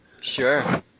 sure